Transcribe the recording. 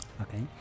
Okay